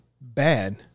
bad